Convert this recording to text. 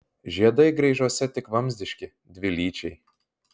žiedai graižuose tik vamzdiški dvilyčiai